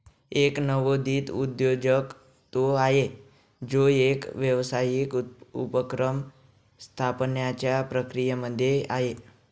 एक नवोदित उद्योजक तो आहे, जो एक व्यावसायिक उपक्रम स्थापण्याच्या प्रक्रियेमध्ये आहे